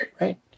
right